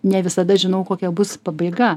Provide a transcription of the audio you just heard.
ne visada žinau kokia bus pabaiga